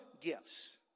gifts